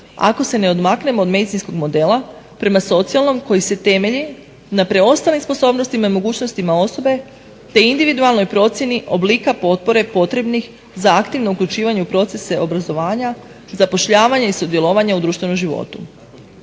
Ako se ne odmaknemo od medicinskog modela prema socijalnom koji se temelji na preostalim sposobnostima i mogućnostima osobe te individualnoj procjeni oblika potpore potrebnih za aktivno uključivanje u procese obrazovanja, zapošljavanja i sudjelovanja u društvenom životu.